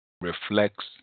reflects